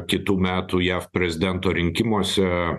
kitų metų jav prezidento rinkimuose